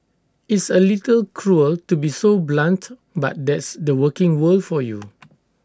it's A little cruel to be so blunt but that's the working world for you